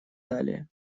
далее